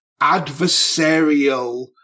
adversarial